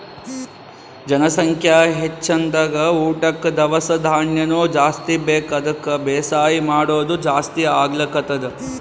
ಜನಸಂಖ್ಯಾ ಹೆಚ್ದಂಗ್ ಊಟಕ್ಕ್ ದವಸ ಧಾನ್ಯನು ಜಾಸ್ತಿ ಬೇಕ್ ಅದಕ್ಕ್ ಬೇಸಾಯ್ ಮಾಡೋದ್ ಜಾಸ್ತಿ ಆಗ್ಲತದ್